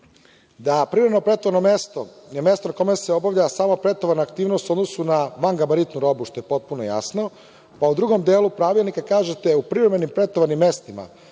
da privredno pretovarno mesto je mesto na kome se obavlja samo pretovarna aktivnost u odnosu na vangabaritnu robu, što je potpuno jasno, pa u drugom delu pravilnika kažete u privremenim pretovanim mestima